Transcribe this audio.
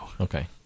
okay